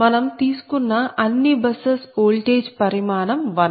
మనం తీసుకున్న అన్ని బస్సెస్ ఓల్టేజ్ పరిమాణం 1